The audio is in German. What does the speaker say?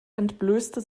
entblößte